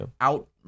out